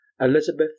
Elizabeth